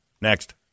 Next